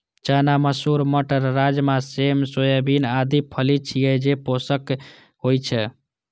चना, मसूर, मटर, राजमा, सेम, सोयाबीन आदि फली छियै, जे पोषक होइ छै